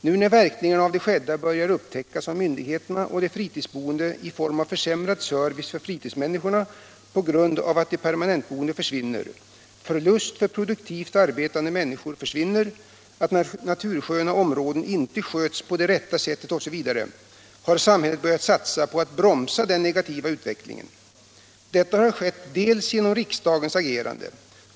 Nu när verkningarna av det skedda börjar upptäckas av myndigheterna och de fritidsboende — i form av försämrad service för fritidsmänniskorna på grund av att de permanentboende, och ofta produktivt arbetande, försvinner, genom att natursköna områden inte sköts på det rätta sättet osv. — har samhället börjat satsa på att bromsa den negativa utvecklingen. Detta har bl.a. skett genom riksdagens agerande.